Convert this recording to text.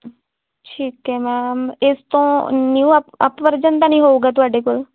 ਠੀਕ ਹੈ ਮੈਮ ਇਸ ਤੋਂ ਨਿਊ ਅਪ ਅਪ ਵਰਜ਼ਨ ਦਾ ਨਹੀਂ ਹੋਊਗਾ ਤੁਹਾਡੇ ਕੋਲ